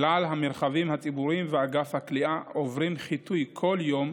כלל המרחבים הציבוריים ואגפי הכליאה עוברים חיטוי כל יום,